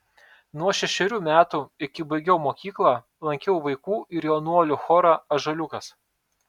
nuo šešerių metų iki baigiau mokyklą lankiau vaikų ir jaunuolių chorą ąžuoliukas